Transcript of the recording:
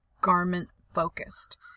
garment-focused